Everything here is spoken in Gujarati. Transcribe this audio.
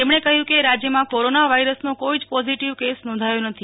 તેમણે કહ્યું કે રાજ્યમાં કોરોના વાયરસનો કોઈ જ પોઝીટીવ કેસ નોંધાયો નથી